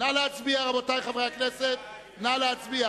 רבותי חברי הכנסת, נא להצביע.